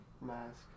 mask